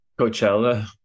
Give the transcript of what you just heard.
Coachella